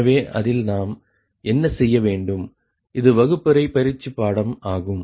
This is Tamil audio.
எனவே அதில் நாம் என்ன செய்ய வேண்டும் இது வகுப்பறை பயிற்சிபாடம் ஆகும்